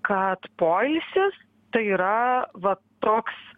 kad poilsis tai yra va toks